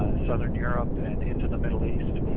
southern europe and into the middle east.